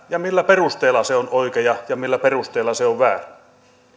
ja millä perusteella se on oikea ja millä perusteella se on väärä